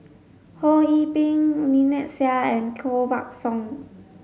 Ho Yee Ping Lynnette Seah and Koh Buck Song